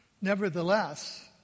Nevertheless